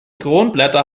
kronblätter